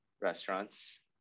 restaurants